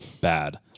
Bad